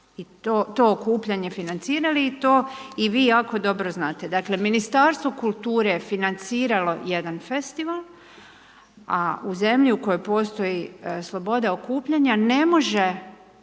to okupljanje financirali i to i vi jako dobro znate. Dakle Ministarstvo kulture je financiralo jedan festival a u zemlji u kojoj postoji sloboda okupljanja, ne može